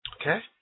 Okay